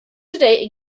today